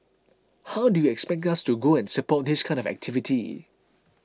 how do you expect us to go and support this kind of activity